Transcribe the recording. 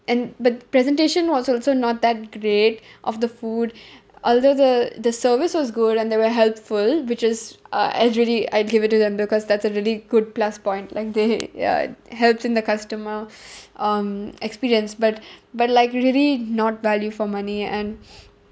and the presentation was also not that great of the food although the the service was good and they were helpful which is uh actually I'd give it to them because that's a really good plus point like they ya helps in the customer um experience but but like really not value for money and